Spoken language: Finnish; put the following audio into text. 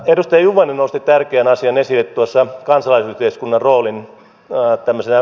edustaja juvonen nosti tärkeän asian esille kansalaisyhteiskunnan roolin välittäjänä